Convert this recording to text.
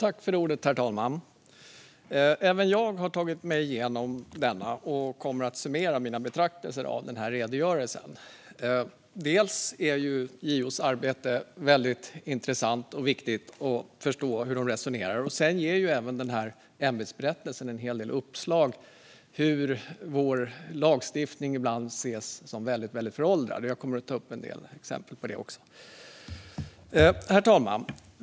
Herr talman! Även jag har tagit mig igenom redogörelsen och kommer att summera mina betraktelser av den. JO:s arbete är väldigt intressant, och det är viktigt att förstå hur de resonerar. Dessutom ger ämbetsberättelsen en hel del uppslag gällande att vår lagstiftning ibland ses som föråldrad, vilket jag kommer att ta upp en del exempel på. Herr talman!